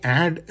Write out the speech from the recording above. add